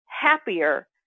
happier